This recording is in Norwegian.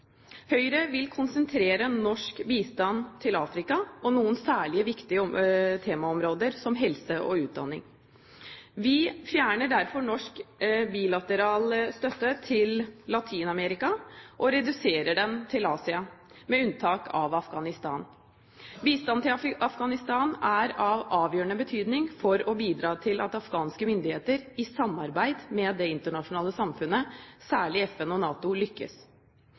til Afrika og noen særlig viktige temaområder som helse og utdanning. Vi fjerner derfor norsk bilateral støtte til Latin-Amerika og reduserer den til Asia, med unntak av Afghanistan. Bistand til Afghanistan er av avgjørende betydning for å bidra til at afghanske myndigheter i samarbeid med det internasjonale samfunnet, særlig FN og NATO, lykkes.